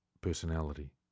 personality